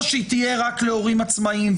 או שהיא תהיה רק להורים עצמאיים,